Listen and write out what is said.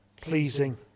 pleasing